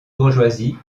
bourgeoisie